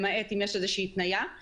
למעט אם יש איזושהי התניה.